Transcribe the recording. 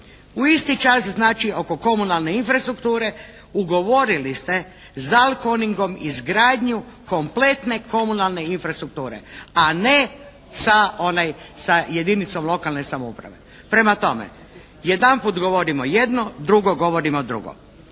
U isti čas znači, oko komunalne infrastrukture ugovorili ste s "Dalkoningom" izgradnju kompletne komunalne infrastrukture. A ne sa jedinicom lokalne samouprave. Prema tome, jedanput govorimo jedno, drugo govorimo drugo.